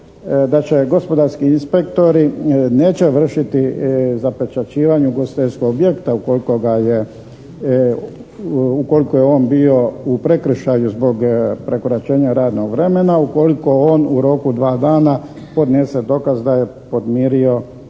gospodarski inspektori neće vršiti zapečaćivanje ugostiteljskog objekta ukoliko je on bio u prekršaju zbog prekoračenja radnog vremena ukoliko on u roku dva dana podnese dokaz da je podmirio obveze